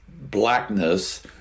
blackness